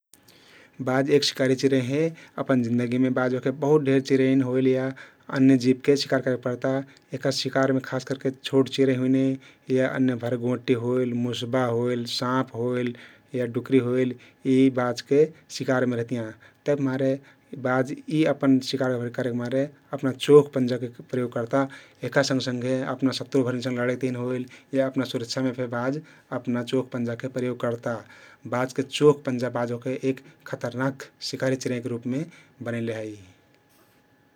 बाज एक शिकारी चिरैं हे । अपन जिन्दगिमे बाज ओहके बहुत ढेर चिरैंन होइल या अन्य जिवके शिकार करे पर्ता । यहका शिकारमे खास करके छोट चिरैं हुइने या अन्य भरगोहटी होइल, मुस्बा होइल। साँप होइल या डुकरी होइल यी बाजके शिकारमे रहतियाँ । तभिमारे बाज यी अपन शिकार करेकमारे अपना चोख पन्जाक प्रयोग कर्ता । यहका सँगसँगे अपना शत्रु भरिन सँघ लडेक तहिन होइल या अपना सुरक्षामे फे बाज अपना चोख पन्जाके प्रयोग कर्ता । बाजके चोख पन्जा बाज ओहके एक खतरनाख शिकारी चिरैंके रुपमे बनैले हइ ।